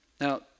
Now